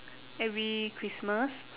every christmas